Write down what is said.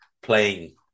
playing